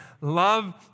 Love